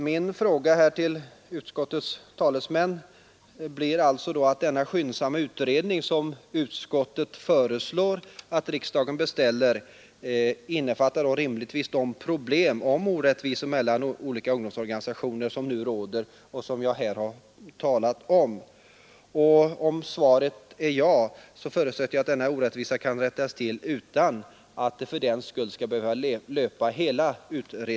Min fråga till utskottets talesmän blir om den skyndsamma utredning, som utskottet föreslår att riksdagen beställer, kommer att innefatta de orättvisor och olikheter som råder mellan olika ungdomsorganisationer och som jag här har talat om. Om svaret blir ja, förutsätter jag att denna orättvisa kan rättas till utan att hela utredningstiden skall behöva löpa ut.